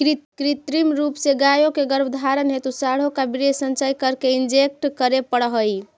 कृत्रिम रूप से गायों के गर्भधारण हेतु साँडों का वीर्य संचय करके इंजेक्ट करे पड़ हई